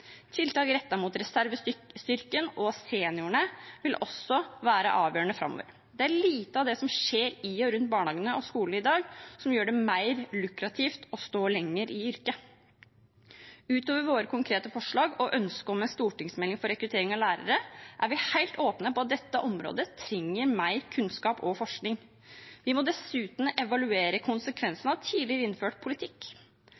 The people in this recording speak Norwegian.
Tiltak rettet mot reservestyrken og seniorene vil også være avgjørende framover. Det er lite av det som skjer i og rundt barnehagene og skolene i dag, som gjør det mer lukrativt å stå lenger i yrket. Utover våre konkrete forslag og ønsket om en stortingsmelding for rekruttering av lærere er vi helt åpne om at dette området trenger mer kunnskap og forskning. Vi må dessuten evaluere